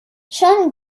schon